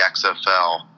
XFL